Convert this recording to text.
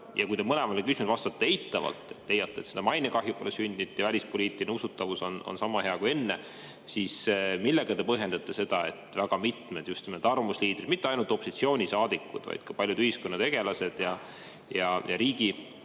Kui te mõlemale küsimusele vastate eitavalt ja leiate, et mainekahju pole sündinud ja välispoliitiline usutavus on sama hea kui enne, siis millega te põhjendate seda, et just väga mitmed arvamusliidrid – mitte ainult opositsioonisaadikud, vaid ka paljud ühiskonnategelased ja riigi